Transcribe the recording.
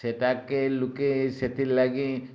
ସେଟା କେ ଲୁକେ ସେଥିର୍ ଲାଗି